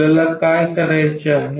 आपल्याला काय करायचे आहे